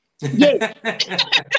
Yes